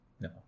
No